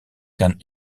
kan